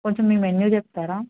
కొంచెం మీ మెన్యూ చెప్తారా